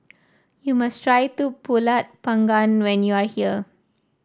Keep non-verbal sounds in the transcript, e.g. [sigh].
you must try [unintelligible] pulut panggang when you are here